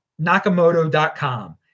nakamoto.com